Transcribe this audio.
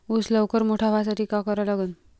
ऊस लवकर मोठा व्हासाठी का करा लागन?